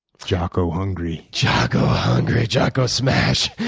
jocko hungry. jocko hungry, jocko smash.